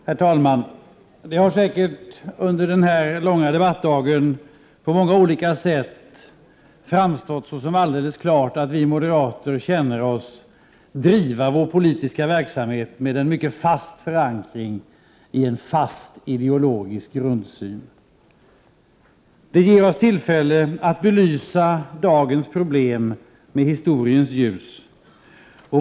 Herr talman! Det har säkert under den här långa debattdagen på många olika sätt framstått såsom alldeles klart att vi moderater känner oss bedriva vår politiska verksamhet med en mycket fast förankring i en fast ideologisk grundsyn. Det ger oss tillfälle att belysa dagens problem med historiens ljus.